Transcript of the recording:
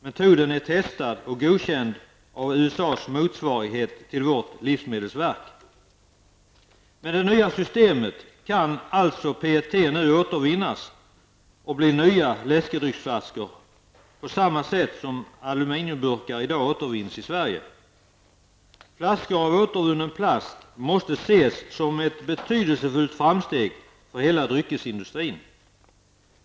Metoden är testad och godkänd av USAs motsvarighet till livsmedelsverket. Med det nya systemet kan alltså PET-plast nu återvinnas och bli nya läskedrycksflaskor, på samma sätt som aluminiumburkar i dag återvinns i Sverige. Flaskor av återvunnen plast måste ses som ett betydelsefullt framsteg för hela dryckesindustrin.